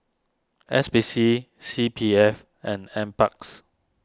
S P C C P F and N Parks